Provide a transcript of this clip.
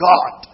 God